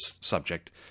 subject